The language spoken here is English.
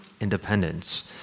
independence